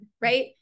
Right